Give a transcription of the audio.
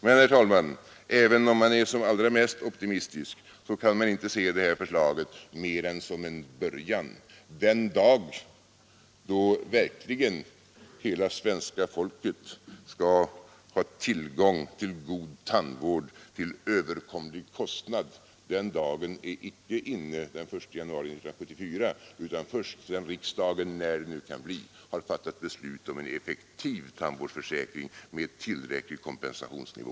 Men, herr talman, även om man är som allra mest optimistisk kan man inte se det här förslaget mer än som en början. Den dag då verkligen hela svenska folket skall ha tillgång till god tandvård till överkomlig kostnad är icke den 1 januari 1974, utan den inträffar först sedan riksdagen — när det nu kan bli — har fattat beslut om en effektiv tandvårdsförsäkring med tillräcklig kompensationsnivå.